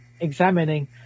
examining